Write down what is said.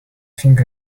think